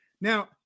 Now